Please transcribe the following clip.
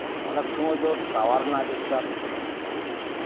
ᱚᱱᱮᱠ ᱥᱚᱢᱚᱭ ᱫᱚ ᱴᱟᱣᱟᱨ ᱨᱮᱱᱟᱜ ᱰᱤᱥᱴᱟᱯ